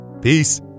Peace